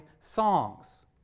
songs